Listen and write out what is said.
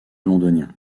londonien